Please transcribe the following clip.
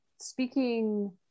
speaking